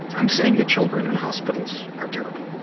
i'm saying the children in hospital are terrible.